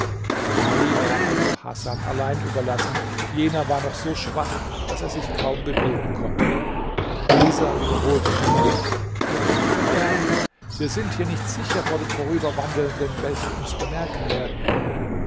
ali war also hasan allein überlassen jener war noch so schwach daß er sich kaum bewegen konnte dieser wiederholte immer wir werden verderben wir sind hier nicht sicher vor den vorüberwandelnden welche uns bemerken werden